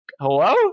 hello